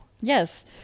Yes